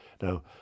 Now